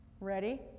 ready